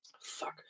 fuck